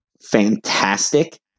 fantastic